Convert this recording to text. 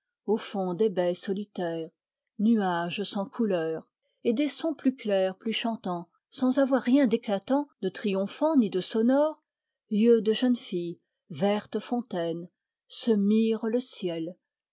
au fond des baies solitaires nuages sans couleur et des sons plus clairs plus chantants sans avoir rien d'éclatant de triomphant ni de sonore yeux de jeune fille vertes fontaines se mire le ciel